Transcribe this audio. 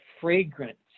fragrant